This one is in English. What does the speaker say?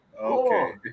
okay